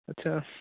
అచ్చా